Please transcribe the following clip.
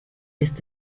ist